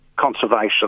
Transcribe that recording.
conservation